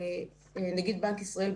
נגיד בנק ישראל,